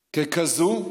ככזאת,